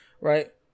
right